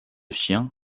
chien